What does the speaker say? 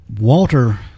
Walter